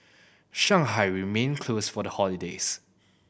Shanghai remained closed for the holidays